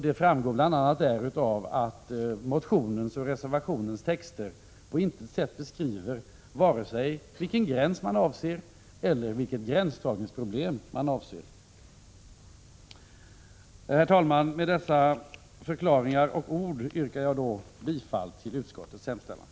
Det framgår bl.a. av att motionens och reservationens texter på intet sätt beskriver vare sig vilken gräns eller vilket gränsdragningsproblem som avses. Herr talman! Med dessa förklarande ord yrkar jag bifall till utskottets hemställan.